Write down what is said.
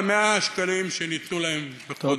על 100 השקלים שניתנו להם בחודש.